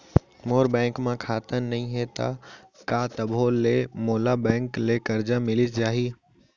मोर bank म खाता नई हे त का तभो ले मोला बैंक ले करजा मिलिस जाही?